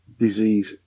disease